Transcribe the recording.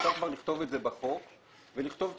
מוטב כבר לכתוב את זה בחוק ולכתוב את